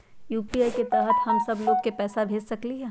UPI के तहद हम सब लोग को पैसा भेज सकली ह?